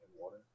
water